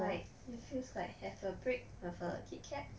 like you feels like have a break have a Kit Kat